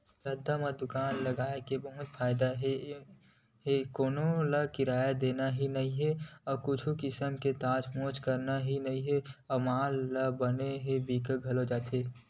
रद्दा म दुकान लगाय के बहुते फायदा हे कोनो ल किराया देना हे न ही कुछु किसम के तामझाम करना हे बने माल मन ह बिक घलोक जाथे